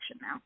now